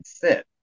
fit